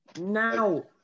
Now